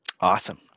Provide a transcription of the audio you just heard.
Awesome